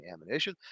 ammunition